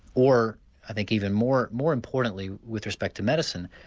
or i think even more more importantly with respect to medicine,